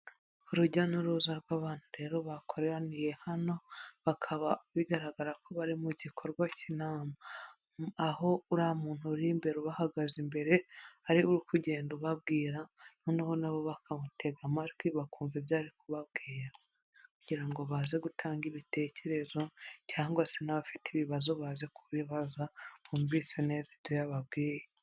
Urujya n'uruza rw'abantu rero bakoraniye hano bakaba bigaragara ko bari mu gikorwa cy'inama aho uriya umuntu uri imbere ubahagaze imbere ari kugenda ubabwira noneho nabo bakawutega amatwi bakumva ibyo kubabwira kugira ngo baze gutanga ibitekerezo cyangwa se n'abafite ibibazo baza kubibaza bumvise neza ibyo yababwiye.